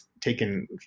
taken